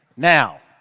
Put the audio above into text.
now